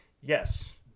yes